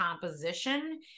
composition